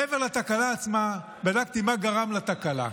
מעבר לתקלה עצמה בדקתי מה גרם לתקלה.